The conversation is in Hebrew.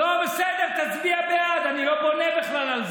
לא, בסדר, תצביע בעד, אני לא בונה על זה בכלל.